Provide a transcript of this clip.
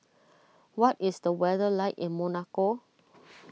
what is the weather like in Monaco